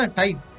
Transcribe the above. time